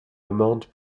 amende